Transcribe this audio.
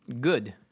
Good